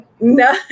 No